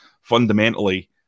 Fundamentally